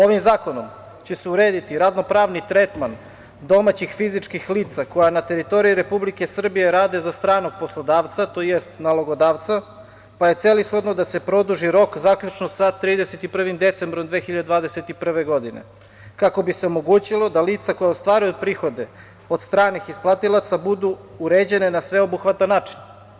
Ovim zakonom će se urediti ravnopravni tretman domaćih fizičkih lica koja na teritoriji Republike Srbije rade za stranog poslodavca, tj. nalogodavca, pa je celishodno da se produži rok zaključno sa 31. decembrom 2021. godine kako bi se omogućilo da lica koja ostvaruju prihode od stranih isplatilaca budu uređene na sveobuhvatan način.